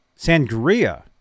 Sangria